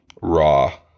raw